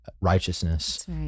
righteousness